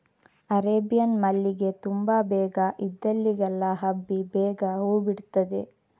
Arabian ಮಲ್ಲಿಗೆ ತುಂಬಾ ಬೇಗ ಇದ್ದಲ್ಲಿಗೆಲ್ಲ ಹಬ್ಬಿ ಬೇಗ ಹೂ ಬಿಡ್ತದೆ